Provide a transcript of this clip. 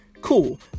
Cool